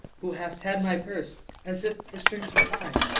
who hast had my purse as if the strings were thine,